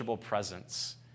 presence